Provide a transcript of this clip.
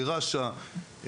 לרש"א,